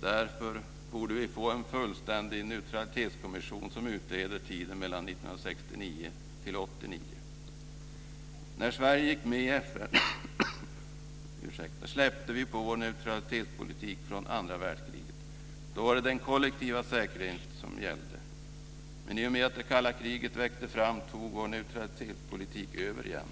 Därför borde vi få en fullständig neutralitetskommission som utreder tiden mellan 1969 När Sverige gick med i FN släppte vi på vår neutralitetspolitik från andra världskriget. Då var det den kollektiva säkerheten som gällde. Men i och med att det kalla kriget växte fram tog vår neutralitetspolitik över igen.